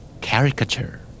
Caricature